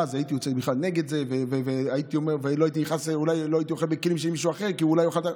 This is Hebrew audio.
כתוב: "כשר לאוכלי אבקת חלב נוכרי".